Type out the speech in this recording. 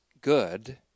good